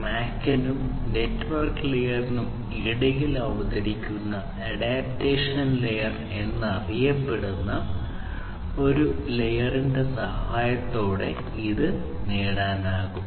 MAC നും network ലെയറിനും ഇടയിൽ അവതരിപ്പിക്കുന്ന അഡാപ്റ്റേഷൻ ലെയർ എന്നറിയപ്പെടുന്ന ഒരു ലെയറിന്റെ സഹായത്തോടെ ഇത് നേടാനാകും